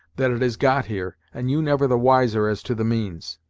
that it has got here, and you never the wiser as to the means.